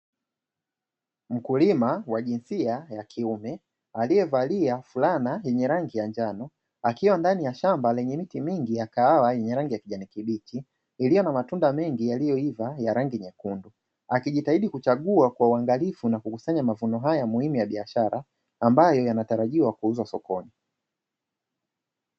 Mkulima wa jinsia ya kiume aliyevalia fulana yenye rangi ya njano, akiwa ndani ya shamba lenye miti mingi ya kahawa yenye rangi ya kijani kibichi iliyo na matunda mengi yaliyoiva ya rangi nyekundu akijitahidi kuchagua kwa uangalifu na kukusanya mavuno haya muhimu ya biashara ambayo yanatarajiwa kuuzwa sokoni.